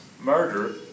murder